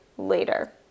later